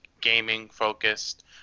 gaming-focused